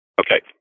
Okay